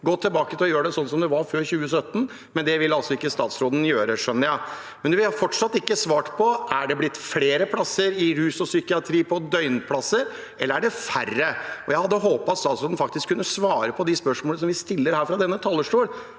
Gå tilbake og gjør det sånn som det var før 2017. Men det vil ikke statsråden gjøre, skjønner jeg. Jeg har fortsatt ikke fått svar på om det er blitt flere døgnplasser innenfor rus og psykiatri, eller om det er færre. Jeg hadde håpet at statsråden faktisk kunne svare på de spørsmålene som vi stiller her, fra denne talerstolen.